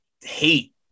hate